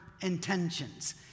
intentions